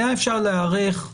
היה אפשר להיערך.